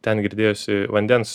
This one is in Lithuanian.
ten girdėjosi vandens